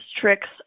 tricks